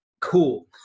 Cool